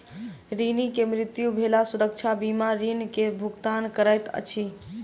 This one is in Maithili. ऋणी के मृत्यु भेला सुरक्षा बीमा ऋण के भुगतान करैत अछि